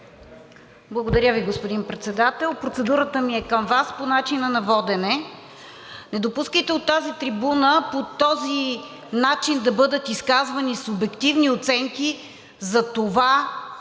Благодаря Ви, господин Председател. Процедурата ми е към Вас по начина на водене. Не допускайте от тази трибуна по този начин да бъдат изказвани субективни оценки, в случая